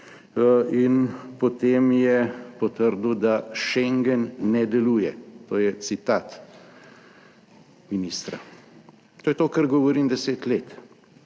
in potem je potrdil, "da Schengen ne deluje" - to je citat ministra. To je to, kar govorim, deset let.